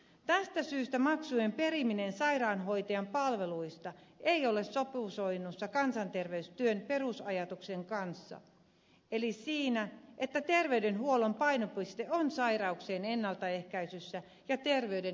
tästä syystä maksujen periminen sairaanhoitajan palveluista ei ole sopusoinnussa kansanterveystyön perusajatuksen kanssa eli sen että terveydenhuollon painopiste on sairauksien ennaltaehkäisyssä ja terveydenedistämistyössä